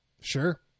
Sure